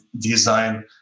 design